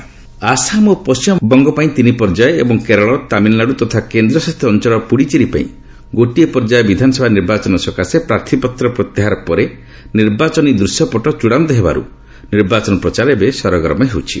assembly election Assam ଓ ପଶ୍ଚିମବଙ୍ଗ ପାଇଁ ତିନି ପର୍ଯ୍ୟାୟ ଏବଂ କେରଳ ତାମିଲନାଡ଼ୁ ତଥା କେନ୍ଦ୍ରଶାସିତ ଅଞ୍ଚଳ ପୁଡ଼ୁଚେରୀ ପାଇଁ ଗୋଟିଏ ପର୍ଯ୍ୟାୟ ବିଧାନସଭା ନିର୍ବାଚନ ପାଇଁ ପ୍ରାର୍ଥୀପତ୍ର ପ୍ରତ୍ୟାହାର ପରେ ନିର୍ବାଚନୀ ଦୂଶ୍ୟପଟ୍ଟ ଚଡ଼ାନ୍ତ ହେବା ପରେ ନିର୍ବାଚନ ପ୍ରଚାର ସରଗରମ ହେଉଛି